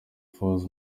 falls